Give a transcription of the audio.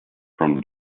from